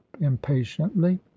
impatiently